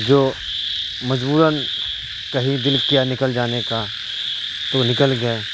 جو مجبوراً کہیں دل کیا نکل جانے کا تو نکل گئے